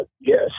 Yes